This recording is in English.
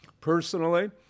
Personally